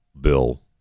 bill